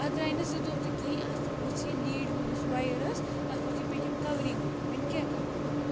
اَتھ درٛاے نہٕم زٕ دۄہ تہٕ کِہیٖنۍ اَتھ ؤژھ یہِ لیٖڈِ ہُنٛد یُس وایَر ٲس اَتھ وۄتھ یہِ پیٚٹھِم کَورِنٛگٕے وَنہِ کیٛاہ کَرٕ بہٕ اَتھ